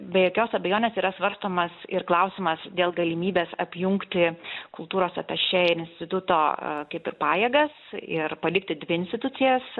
be jokios abejonės yra svarstomas ir klausimas dėl galimybes apjungti kultūros atašė ir instituto kaip ir pajėgas ir palikti dvi institucijas